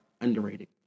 underrated